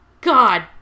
God